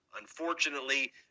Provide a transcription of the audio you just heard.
unfortunately